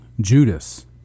Judas